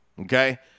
okay